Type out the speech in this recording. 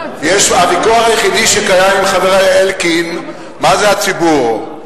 הוויכוח היחיד שקיים עם חברי אלקין, מה זה הציבור.